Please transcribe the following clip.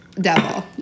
devil